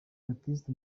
baptiste